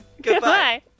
Goodbye